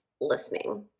listening